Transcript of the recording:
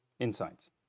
Insights